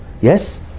Yes